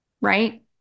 Right